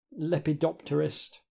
lepidopterist